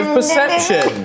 perception